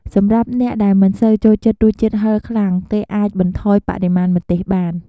សម្រាប់អ្នកដែលមិនសូវចូលចិត្តរសជាតិហឹរខ្លាំង គេអាចបន្ថយបរិមាណម្ទេសបាន។